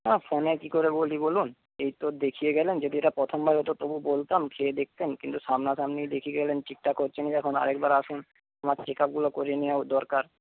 না ফোনে কি করে বলি বলুন এই তো দেখিয়ে গেলেন যদি এটা প্রথমবার হত তবু বলতাম খেয়ে দেখতেন কিন্তু সামনাসামনি দেখিয়ে গেলেন ঠিকঠাক হচ্ছে না যখন আর একবার আসুন আমার চেকআপগুলো করিয়ে নেওয়াও দরকার